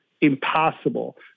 impossible